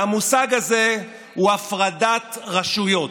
והמושג הזה הוא "הפרדת רשויות".